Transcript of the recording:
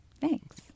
Thanks